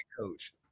coach